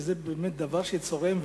וזה באמת צורם.